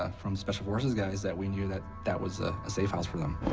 ah from special forces guys that we knew that that was ah a safe house for them.